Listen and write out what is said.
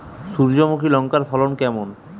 সূর্যমুখী লঙ্কার ফলন কেমন?